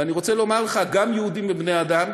אני רוצה לומר לך, גם יהודים הם בני-אדם.